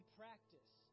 practice